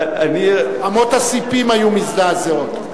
אמות הספים היו מזדעזעות.